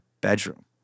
bedroom